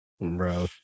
bro